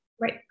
Right